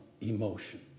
emotion